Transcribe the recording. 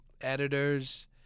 editors